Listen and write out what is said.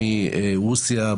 מרוסיה,